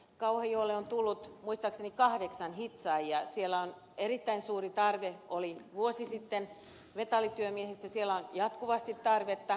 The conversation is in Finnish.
kauhajoelle on tullut muistaakseni kahdeksan hitsaajaa siellä oli vuosi sitten erittäin suuri tarve metallityömiehistä siellä on jatkuvasti tarvetta